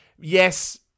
Yes